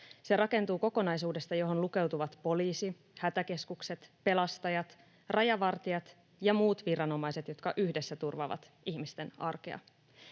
Se rakentuu kokonaisuudesta, johon lukeutuvat poliisi, hätäkeskukset, pelastajat, rajavartijat ja muut viranomaiset, jotka yhdessä turvaavat ihmisten arkea.